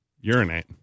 urinate